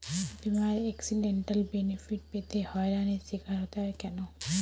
বিমার accidental benefit পেতে হয়রানির স্বীকার হতে হয় কেন?